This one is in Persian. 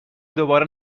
دوباره